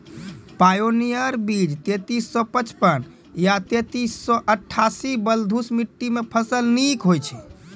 Pioneer बीज तेंतीस सौ पचपन या तेंतीस सौ अट्ठासी बलधुस मिट्टी मे फसल निक होई छै?